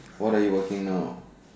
what are you working now